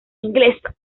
inglesa